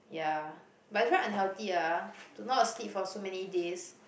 ya but is very unhealthy ah to not sleep for so many days